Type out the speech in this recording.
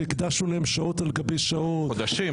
שהקדשנו להן שעות על לגבי שעות -- חודשים.